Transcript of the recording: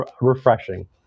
refreshing